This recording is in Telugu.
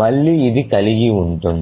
మళ్ళీ ఇది కలిగి ఉంటుంది